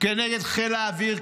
כנגד חיל האוויר,